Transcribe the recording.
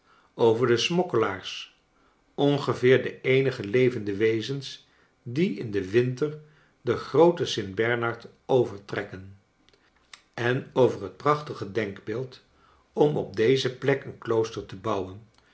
over de smokkelaars ongeveer de eenige levende wezens die in den winter den grooten st bernard overtrekken en over het prachtige denkbeeld om op deze plek een klooster te bouwen